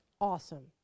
Awesome